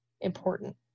important